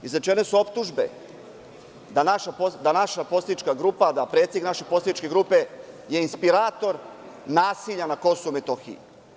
Izrečene su optužbe da naša poslanička grupa, predsednik naše poslaničke grupe je inspirator nasilja na Kosovu i Metohiji.